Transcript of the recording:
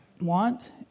want